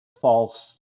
false